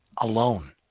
alone